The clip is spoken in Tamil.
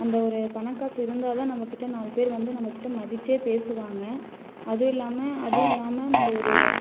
அந்த ஒரு பணம் காசு இருந்தால் தான் நம்மக்கிட்ட நாலு பேர் வந்து நம்மக்கிட்ட மதிச்சே பேசுவாங்கள் அதுவும் இல்லாமல் அதுவும் இல்லாமல் நம்ம ஒரு